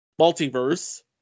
multiverse